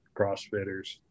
CrossFitters